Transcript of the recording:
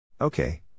Okay